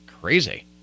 crazy